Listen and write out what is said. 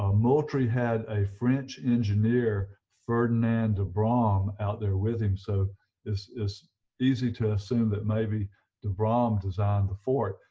ah moultrie had a french engineer ferdinand de brum out there with him so it's it's easy to assume that maybe de brum designed the fort.